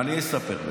אני אסביר לך.